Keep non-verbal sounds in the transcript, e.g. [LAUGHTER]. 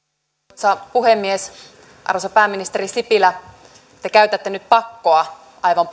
arvoisa puhemies arvoisa pääministeri sipilä te käytätte nyt pakkoa aivan [UNINTELLIGIBLE]